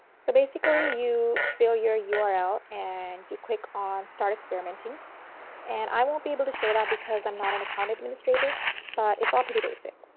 so basically you fill your your url and you click on start experimenting and i won't be able to show that because i am not and account administrator but it's all pretty basic.